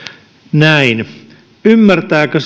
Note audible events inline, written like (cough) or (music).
näin ymmärtääkö (unintelligible)